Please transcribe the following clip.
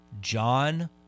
John